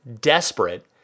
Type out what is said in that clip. desperate